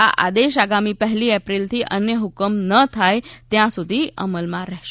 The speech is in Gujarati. આ આદેશ આગામી પહેલી એપ્રિલથી અન્ય હ્કમ ન થાય ત્યાં સુધી અમલમાં રહેશે